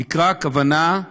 תקרה, הכוונה היא